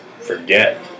forget